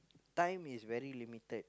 time is very limited